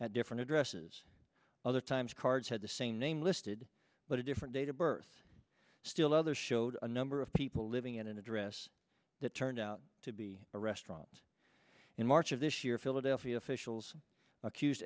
at different addresses other times cards had the same name listed but a different date of birth still others showed a number of people living in an address that turned out to be a restaurant in march of this year philadelphia officials accuse